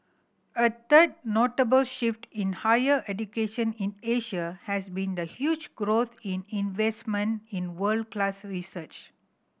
a third notable shift in higher education in Asia has been the huge growth in investment in world class research